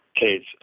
case